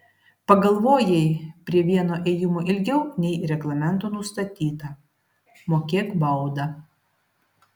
pagalvojai prie vieno ėjimo ilgiau nei reglamento nustatyta mokėk baudą